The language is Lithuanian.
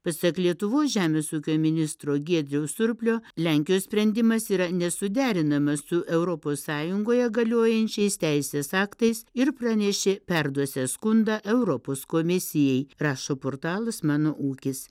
pasak lietuvos žemės ūkio ministro giedriaus surplio lenkijos sprendimas yra nesuderinamas su europos sąjungoje galiojančiais teisės aktais ir pranešė perduosiąs skundą europos komisijai rašo portalas mano ūkis